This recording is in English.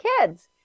kids